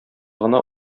гына